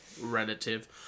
relative